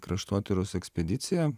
kraštotyros ekspedicija